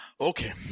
Okay